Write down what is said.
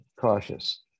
cautious